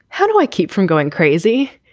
how do i keep from going crazy?